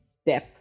step